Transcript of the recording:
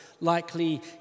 likely